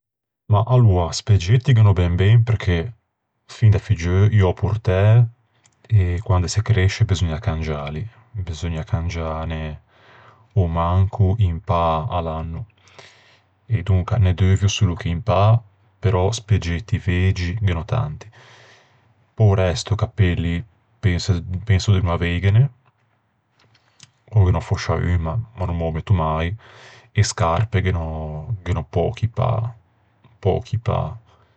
Aloa, speggetti ghe n'ò ben ben perché fin da figgeu î ò portæ e quande se cresce beseugna cangiâli. Beseugna cangiâne a-o manco un pâ à l'anno e donca ne deuvio solo che un pâ e donca speggetti vegi ghe n'ò tanti. Pe-o resto cappelli penso de no aveighene, ò ghe n'ò fòscia un ma no me ô metto mai. E scarpe ghe n'ò-ghe n'ò pöchi pâ, pöchi pâ.